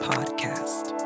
Podcast